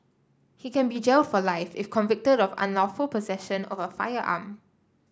he can be jailed for life if convicted of unlawful possession of a firearm